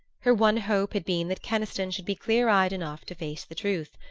her one hope had been that keniston should be clear-eyed enough to face the truth.